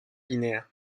guinea